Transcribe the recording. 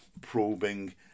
probing